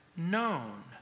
known